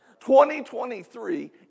2023